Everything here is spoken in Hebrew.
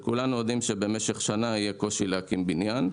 וכולנו יודעים שבמשך שנה יהיה קושי להקים בניין.